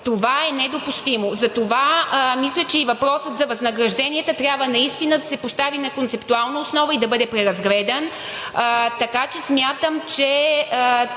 Това е недопустимо! Затова, мисля, че и въпросът за възнагражденията трябва наистина да се постави на концептуална основа и да бъде преразгледан, така че смятам, че